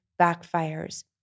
backfires